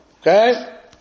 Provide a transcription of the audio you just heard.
Okay